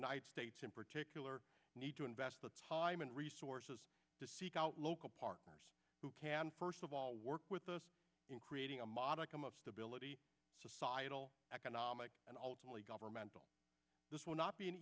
united states in particular need to invest the time and resources to seek out local partners who can first of all work with us in creating a modicum of stability societal economic and ultimately governmental this would not be an